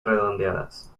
redondeadas